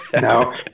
No